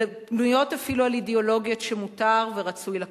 ואפילו בנויות על אידיאולוגיות שמותר ורצוי לקחת,